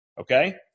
Okay